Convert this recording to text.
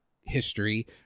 history